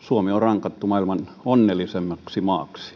suomi on rankattu maailman onnellisimmaksi